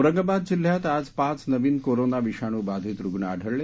औरंगाबाद जिल्ह्यात आज पाच नवीन कोरोना विषाणू बाधित रूग्ण आढळले